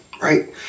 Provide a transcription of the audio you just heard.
Right